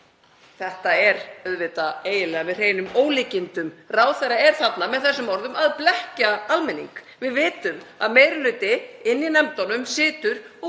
Þetta er eiginlega með hreinum ólíkindum. Ráðherra er með þessum orðum að blekkja almenning. Við vitum að meiri hluti inni í nefndunum situr og